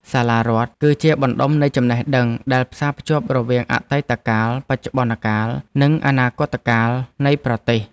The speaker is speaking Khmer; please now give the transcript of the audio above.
សាលារដ្ឋគឺជាបណ្តុំនៃចំណេះដឹងដែលផ្សារភ្ជាប់រវាងអតីតកាល បច្ចុប្បន្នកាល និងអនាគតកាលនៃប្រទេស។